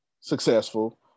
successful